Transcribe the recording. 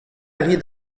rit